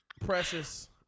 Precious